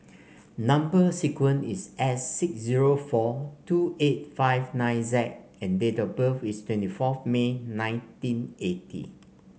number sequence is S six zero four two eight five nine Z and date of birth is twenty fourth May nineteen eighty